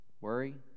Worry